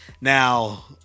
Now